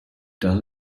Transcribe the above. does